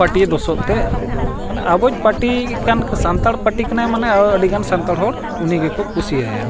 ᱯᱟᱹᱴᱤᱭ ᱫᱚᱥᱚᱜᱛᱮ ᱢᱟᱱᱮ ᱟᱵᱚ ᱯᱟᱨᱴᱤ ᱠᱟᱱ ᱥᱟᱱᱛᱟᱲ ᱯᱟᱴᱤ ᱠᱟᱱᱟᱭ ᱢᱟᱱᱮ ᱟᱹᱰᱤ ᱜᱟᱱ ᱥᱟᱱᱛᱟᱲ ᱦᱚᱲ ᱩᱱᱤ ᱜᱮᱠᱚ ᱠᱩᱥᱤᱭᱟᱭᱟ